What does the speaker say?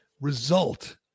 result